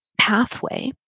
pathway